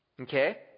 Okay